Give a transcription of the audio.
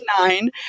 nine